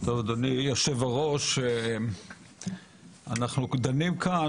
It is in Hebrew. אדוני היושב-ראש, אנחנו דנים כאן